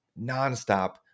nonstop